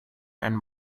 and